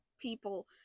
people